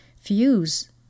fuse